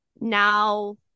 now